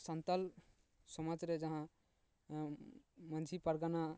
ᱥᱟᱱᱛᱟᱲ ᱥᱚᱢᱟᱡᱽ ᱨᱮ ᱡᱟᱦᱟᱸ ᱢᱟᱺᱡᱷᱤ ᱯᱟᱨᱜᱟᱱᱟ